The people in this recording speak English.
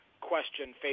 question